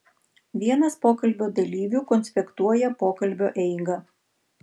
vienas pokalbio dalyvių konspektuoja pokalbio eigą